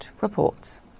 reports